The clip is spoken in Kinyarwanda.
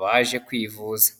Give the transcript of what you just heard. baje kwivuza.